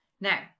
Now